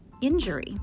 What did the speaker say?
injury